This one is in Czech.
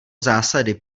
zásady